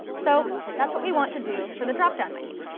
so that's what we want to do for the drop-down menu.